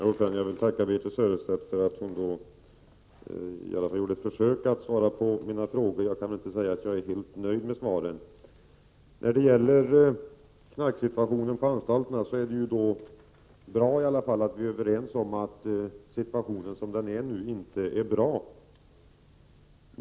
Fru talman! Jag vill tacka Birthe Sörestedt för att hon i varje fall gjorde ett försök att svara på mina frågor. Jag kan inte säga att jag är helt nöjd med svaren. När det gäller knarksituationen på anstalterna är det i alla fall bra att vi är överens om att situationen som den nu är inte är bra.